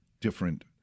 different